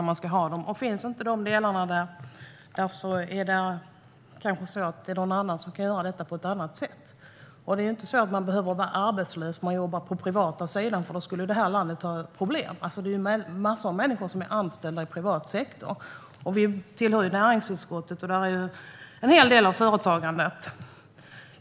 Om inte dessa delar finns finns det kanske någon annan som kan göra detta på ett annat sätt. Man behöver inte vara arbetslös för att man jobbar på den privata sidan. Då skulle det här landet ha problem. Det är massor med människor som är anställda i privat sektor. Vi tillhör näringsutskottet, och där handlar det en hel del om företagandet.